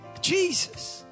Jesus